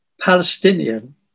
Palestinian